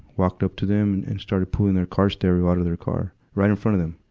walked up to them, and and start pulling their car stereo out of their car, right in front of them.